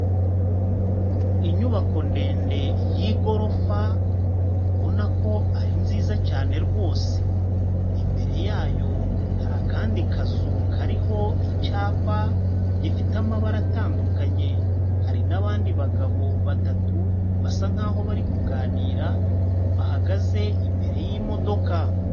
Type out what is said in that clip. Inyubako ndende y'igorofa ubona ko ari nziza cyane rwose, imbere yayo hari akandi kazu kariho icyapa gifite amabara atandukanye, hari n'abandi bagabo batatu basa nkaho bari kuganira bahagaze imbere y'imodoka.